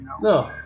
no